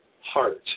heart